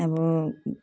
अब